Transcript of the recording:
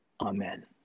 Amen